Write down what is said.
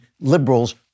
liberals